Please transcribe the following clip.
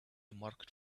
marked